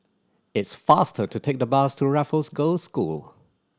it's faster to take the bus to Raffles Girls' School